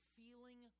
feeling